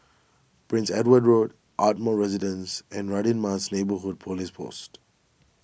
Prince Edward Road Ardmore Residence and Radin Mas Neighbourhood Police Post